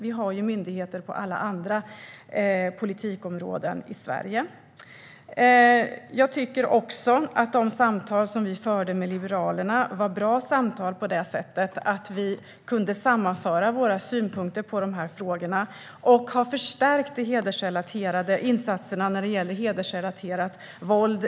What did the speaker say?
Vi har ju myndigheter på alla andra politikområden i Sverige. Jag tycker att de samtal som vi förde med Liberalerna var bra. Vi kunde då sammanföra våra synpunkter på dessa frågor, och genom de samtal som vi förde har vi förstärkt de hedersrelaterade insatserna mot hedersrelaterat våld.